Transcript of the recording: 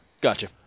Gotcha